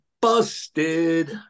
busted